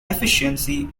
efficiency